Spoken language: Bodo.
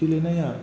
गेलेनाया